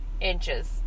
Inches